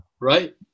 Right